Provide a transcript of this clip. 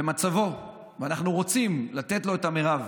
אין לו אשמה במצבו, ואנחנו רוצים לתת לו את המרב.